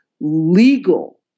legal